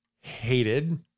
hated